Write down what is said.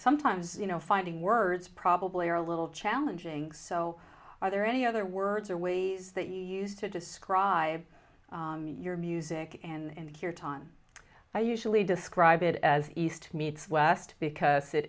sometimes you know finding words probably are a little challenging so are there any other words or ways that you used to describe your music and your time i usually describe it as east meets west because it